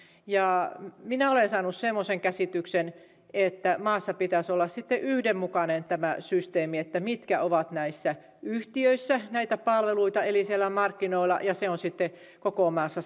minä olen saanut semmoisen käsityksen että maassa pitäisi olla sitten yhdenmukainen systeemi siinä mitkä ovat näissä yhtiöissä näitä palveluita eli siellä markkinoilla se sama systeemi olisi sitten koko maassa